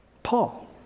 Paul